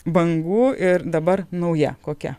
bangų ir dabar nauja kokia